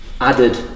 added